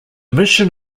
mission